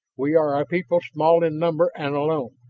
we are a people small in number and alone.